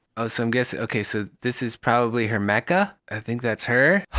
oh, so i'm guessing. okay, so this is probably her mecha. i think that's her.